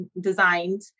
designed